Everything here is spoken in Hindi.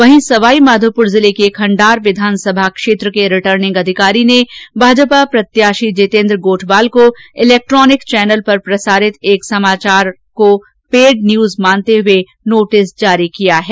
वहीं सवाईमाघोपुर जिले के खंडार विधानसभा क्षेत्र के रिटर्निंग अधिकारी ने भाजपा प्रत्याशी जितेन्द्र गोठवाल को इलेक्ट्रॉनिक चैनल पर प्रसारित एक समाचार को पेड न्यूज मानते हुए नोटिस जारी किया है